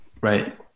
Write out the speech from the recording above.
right